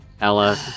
Ella